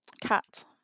cat